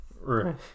Right